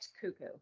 cuckoo